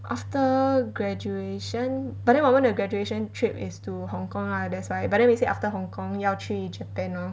after graduation but then 我们的 graduation trip is to hong kong lah that's why but then we said after hong kong 要去 japan lor